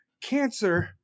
Cancer